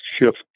shift